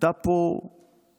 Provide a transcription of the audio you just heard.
שהייתה פה בנוכחותי,